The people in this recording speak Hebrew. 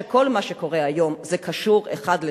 שכל מה שקורה היום קשור האחד לשני,